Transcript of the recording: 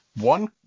One